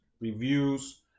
reviews